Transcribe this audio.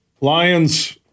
Lions